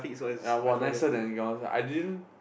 uh were nicer than Counter Strike I didn't